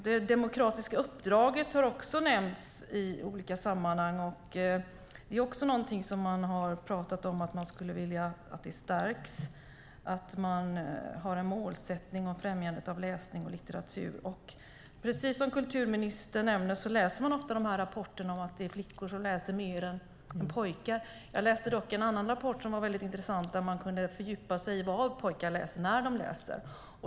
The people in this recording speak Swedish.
Det demokratiska uppdraget har också nämnts i olika sammanhang, och det är något man har pratat om. Man skulle vilja att det stärks, att det finns en målsättning om främjande av läsning och litteratur. Precis som kulturministern nämner läser vi ofta rapporterna om att flickor läser mer än pojkar. Jag läste dock en annan rapport som var väldigt intressant, där jag kunde fördjupa mig i vad pojkar läser när de läser.